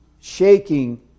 shaking